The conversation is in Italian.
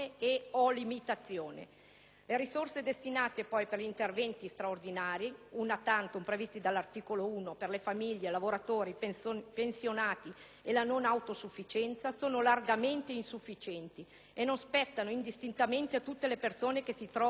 Le risorse destinate poi al *bonus* straordinario, *una tantum,* previste dall'articolo 1 per famiglie, lavoratori, pensionati e la non autosufficienza sono largamente insufficienti e non spettano indistintamente a tutte le persone che si trovano in una determinata condizione,